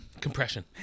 Compression